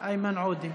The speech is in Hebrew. איימן עודה.